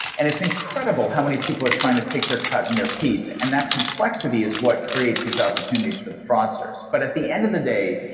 and it's incredible how many people are trying to take their cut and their piece, and that complexity is what creates these opportunities for the fraudsters. but at the end of the day,